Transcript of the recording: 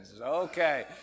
Okay